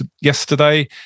yesterday